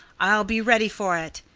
i'll be ready for it.